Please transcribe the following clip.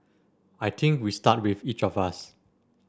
I think we start with each of us